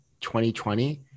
2020